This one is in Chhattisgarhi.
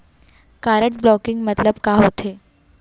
कारड ब्लॉकिंग मतलब का होथे?